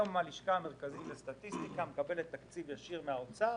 היום הלשכה המרכזית לסטטיסטיקה מקבלת תקציב ישיר מהאוצר.